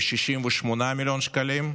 ל-68 מיליון שקלים,